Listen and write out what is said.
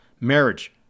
marriage